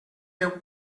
déu